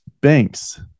banks